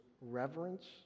reverence